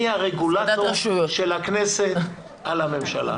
אני הרגולטור של הכנסת על הממשלה.